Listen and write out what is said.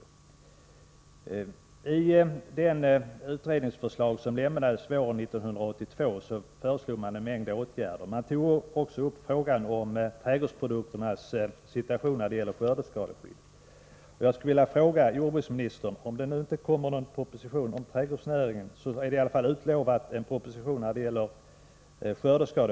Tisdagen den I det utredningsförslag som lämnades våren 1982 föreslogs en mängd 6 mars 1984 åtgärder. Man tog upp frågan om trädgårdsgrödornas situation när det gäller skördeskadeskyddet. Om det nu inte kommer någon proposition om Om åtgärder för att trädgårdsnäringen, så är i alla fall en proposition om skördeskadeskyddet främja trädgårdsutlovad.